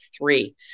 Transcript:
three